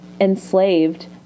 enslaved